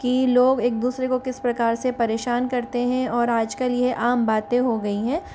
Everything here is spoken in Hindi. कि लोग एक दूसरे को किस प्रकार से परेशान करते हैं और आजकल ये आम बातें हो गई हैं